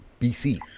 bc